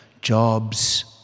jobs